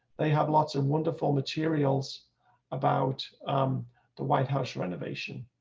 they have lots of wonderful materials about the white house renovation.